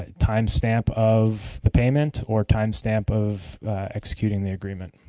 ah time stamp of the payment or time stamp of executing the agreement.